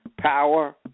Power